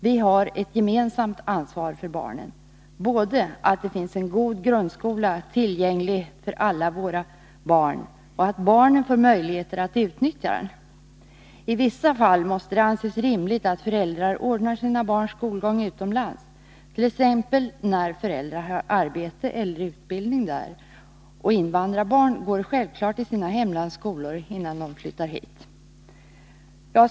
Vi har ett gemensamt ansvar för barnen — både att det finns en god grundskola tillgänglig för alla våra barn och att barnen får möjligheter att utnyttja den. I vissa fall måste det anses rimligt att föräldrar ordnar sina barns skolgång utomlands, t.ex. när föräldrarna har arbete eller utbildning där. Och invandrarbarn går självfallet i sina hemlands skolor innan de flyttar hit.